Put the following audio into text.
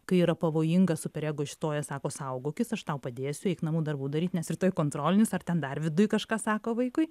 kai yra pavojinga super ego išstoja sako saugokis aš tau padėsiu eik namų darbų daryt nes rytoj kontrolinis ar ten dar viduj kažką sako vaikui